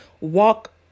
walk